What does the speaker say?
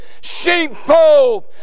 sheepfold